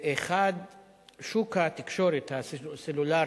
שוק התקשורת הסלולרי